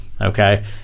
Okay